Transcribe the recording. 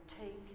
Take